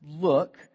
look